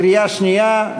קריאה שנייה,